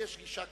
יש בתהליך הזה,